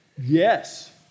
Yes